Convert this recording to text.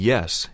Yes